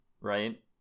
right